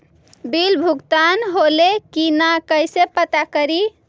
Bill भुगतान होले की न कैसे पता करी?